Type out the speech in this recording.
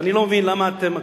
ואני לא מבין למה אתם,